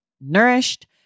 nourished